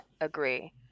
agree